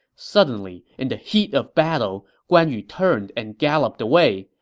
suddenly, in the heat of battle, guan yu turned and galloped away.